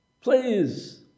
Please